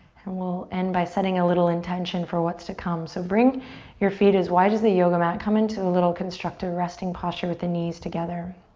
and we'll end by setting a little intention for what's to come. so bring your feet as wide as the yoga mat, come into a little constructive resting posture with the knees together.